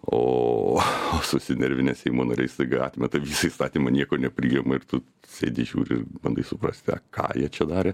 o susinervinę seimo nariai staiga atmeta visą statymą nieko nepriima ir tu sėdi žiūri bandai suprast ką ką jie čia darė